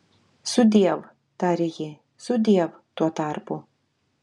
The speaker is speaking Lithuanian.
sudiev tarė ji sudiev tuo tarpu